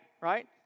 Right